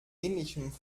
ähnlichem